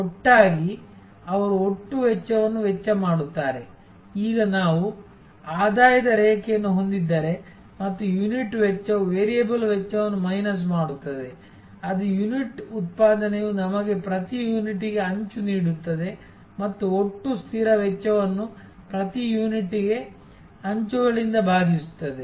ಒಟ್ಟಾಗಿ ಅವರು ಒಟ್ಟು ವೆಚ್ಚವನ್ನು ವೆಚ್ಚ ಮಾಡುತ್ತಾರೆ ಈಗ ನಾವು ಆದಾಯದ ರೇಖೆಯನ್ನು ಹೊಂದಿದ್ದರೆ ಮತ್ತು ಯುನಿಟ್ ವೆಚ್ಚವು ವೇರಿಯಬಲ್ ವೆಚ್ಚವನ್ನು ಮೈನಸ್ ಮಾಡುತ್ತದೆ ಅದು ಯುನಿಟ್ ಉತ್ಪಾದನೆಯು ನಮಗೆ ಪ್ರತಿ ಯೂನಿಟ್ಗೆ ಅಂಚು ನೀಡುತ್ತದೆ ಮತ್ತು ಒಟ್ಟು ಸ್ಥಿರ ವೆಚ್ಚವನ್ನು ಪ್ರತಿ ಯೂನಿಟ್ಗೆ ಅಂಚುಗಳಿಂದ ಭಾಗಿಸುತ್ತದೆ